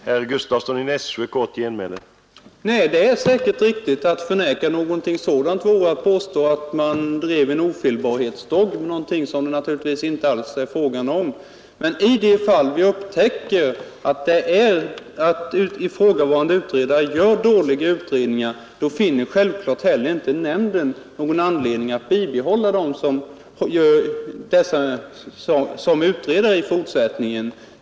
Herr talman! Nej, detta är säkert riktigt. Att förneka någonting sådant vore att driva en ofelbarhetsdogm, vilket naturligtvis inte alls är fallet. Då vi upptäcker att en utredare gör dåliga utredningar finner självfallet inte heller nämnden någon anledning att bibehålla ifrågavarande utredare i fortsättningen.